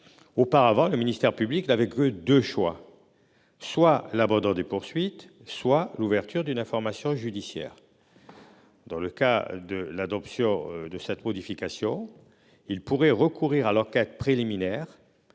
qu'auparavant le ministère public n'avait que deux choix- soit l'abandon des poursuites, soit l'ouverture d'une information judiciaire -, il pourrait, en cas d'adoption de cette modification, recourir à l'enquête préliminaire,